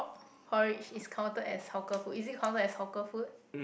porridge is counted as hawker food is it counted as hawker food